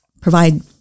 provide